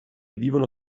vivono